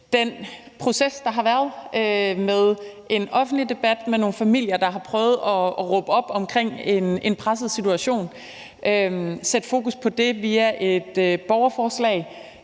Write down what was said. den proces, der har været med en offentlig debat og med nogle familier, der har prøvet at råbe op om en presset situation og sat fokus på det via et borgerforslag,